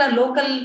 local